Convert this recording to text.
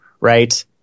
Right